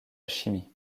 chimie